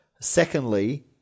Secondly